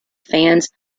fans